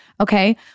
okay